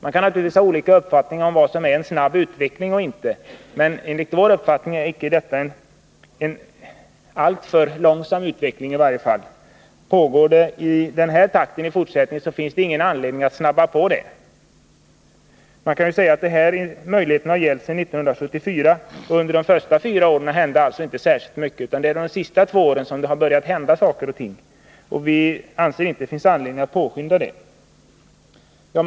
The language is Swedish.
Man kan naturligtvis ha olika uppfattning om vad som är en snabb utveckling, men enligt vår åsikt är detta icke en alltför långsam utveckling. Blir det den här takten även i fortsättningen, finns det ingen anledning att påskynda det hela. Man kan säga att de här möjligheterna har gällt sedan 1974. Under de första fyra åren hände det alltså inte särskilt mycket. Det är under de senaste två åren som det har börjat hända saker och ting, men det finns enligt vår åsikt inte anledning att påskynda utvecklingen.